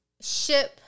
Ship